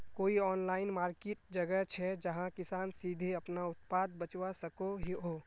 कोई online market जगह छे जहाँ किसान सीधे अपना उत्पाद बचवा सको हो?